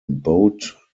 boat